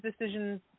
decisions